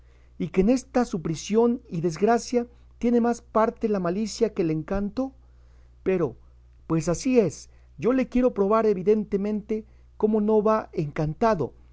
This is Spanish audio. y que en esta su prisión y desgracia tiene más parte la malicia que el encanto pero pues así es yo le quiero probar evidentemente como no va encantado